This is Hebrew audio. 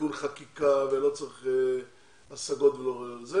בתיקון חקיקה ולא צריך השגות ולא זה,